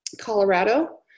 Colorado